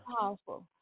powerful